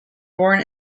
born